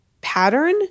pattern